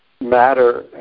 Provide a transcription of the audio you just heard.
matter